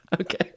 Okay